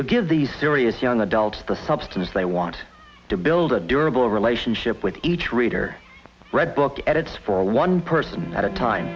to give the serious young adult the substance they want to build a durable relationship with each reader read book edits for one person at a time